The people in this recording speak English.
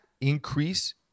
increase